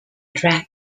drag